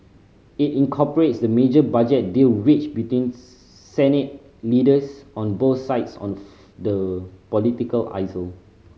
it incorporates the major budget deal reached between Senate leaders on both sides on the the political aisle